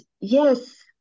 yes